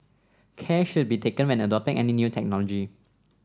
care should be taken when adopting any new technology